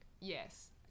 yes